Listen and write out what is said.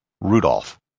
Rudolph